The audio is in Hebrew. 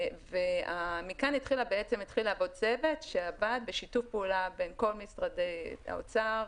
מכאן התחיל לעבוד צוות שעבד בשיתוף פעולה בין משרד האוצר,